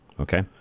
Okay